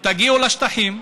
תגיעו לשטחים,